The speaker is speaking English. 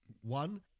One